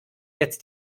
jetzt